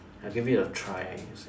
I give it a try you see